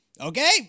okay